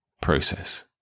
process